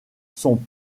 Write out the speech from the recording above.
sont